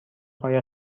قایق